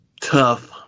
tough